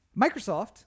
Microsoft